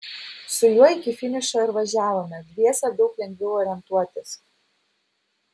su juo iki finišo ir važiavome dviese daug lengviau orientuotis